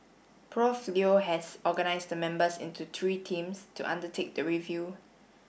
Prof Leo has organised the members into three teams to undertake the review